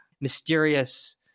mysterious